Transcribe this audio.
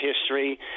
history